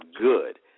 good